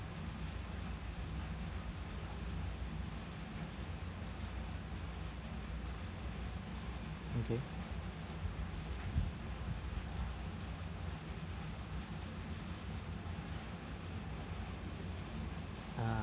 okay uh